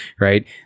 right